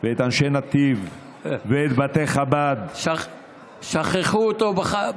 ואת אנשי נתיב ואת בתי חב"ד, שכחו אותו בחלל.